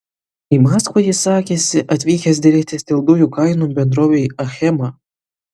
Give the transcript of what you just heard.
į maskvą jis sakėsi atvykęs derėtis dėl dujų kainų bendrovei achema